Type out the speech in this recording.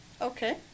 Okay